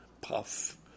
Puff